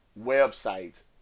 websites